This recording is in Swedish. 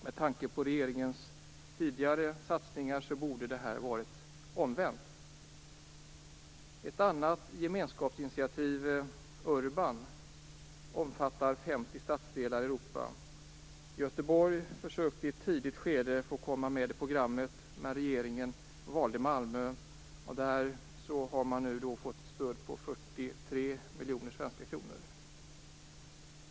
Med tanke på regeringens tidigare satsningar borde det här ha varit omvänt. stadsdelar i Europa. Göteborg försökte i ett tidigt skede att få komma med i programmet, men regeringen valde Malmö. Där har man fått nästan 43 miljoner svenska kronor.